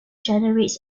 generates